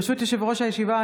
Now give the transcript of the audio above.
ברשות יושב-ראש הישיבה,